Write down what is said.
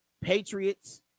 Patriots